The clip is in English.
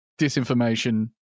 disinformation